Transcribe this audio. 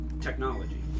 technology